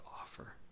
offer